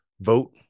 vote